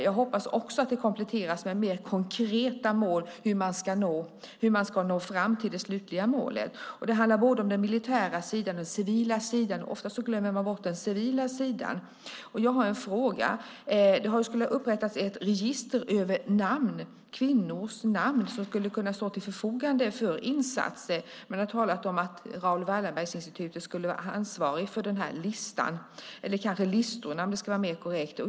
Jag hoppas att det kompletteras med mer konkreta mål hur man ska nå fram till det slutliga målet. Det handlar om både den militära och den civila sidan. Oftast glömmer man bort den civila sidan. Jag har en fråga. Det skulle upprättas ett register över namn på kvinnor som står till förfogande för insatser. Man har talat om att Raoul Wallenberg-institutet skulle vara ansvarigt för listan, eller kanske listorna om det ska vara mer korrekt.